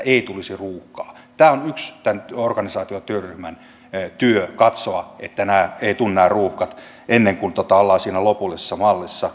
on yksi tämän organisaatiotyöryhmän työ katsoa että nämä ruuhkat eivät tule ennen kuin ollaan siinä lopullisessa mallissa